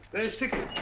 very sticky.